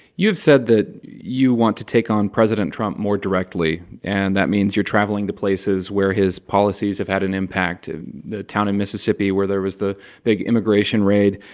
you have said that you want to take on president trump more directly, and that means you're traveling to places where his policies have had an impact the town in mississippi where there was the big immigration raid.